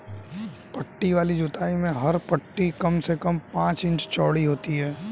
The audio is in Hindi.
पट्टी वाली जुताई में हर पट्टी कम से कम पांच इंच चौड़ी होती है